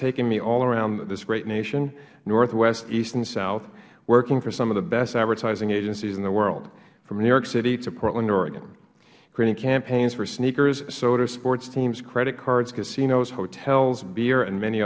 taken me all around this great nation northwest east and south working for some of the best advertising agencies in the world from new york city to portland oregon creating campaigns for sneakers sodas sports teams credit cards casinos hotels beer and many